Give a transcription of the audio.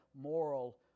moral